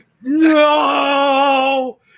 No